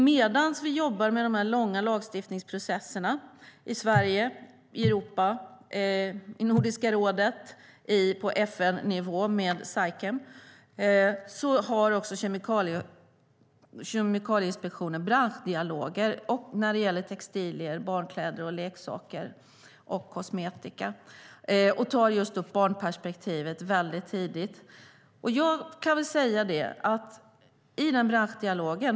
Medan vi jobbar med dessa långa lagstiftningsprocesser i Sverige, Europa, Nordiska rådet och på FN-nivå med SAICM har Kemikalieinspektionen branschdialoger när det gäller textilier, barnkläder, leksaker och kosmetika och tar upp barnsperspektivet väldigt tydligt.